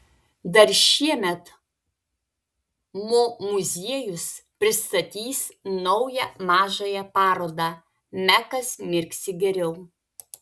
dar šiemet mo muziejus pristatys naują mažąją parodą mekas mirksi geriau